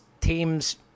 team's